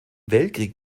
weltkrieg